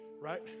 Right